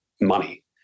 money